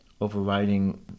overriding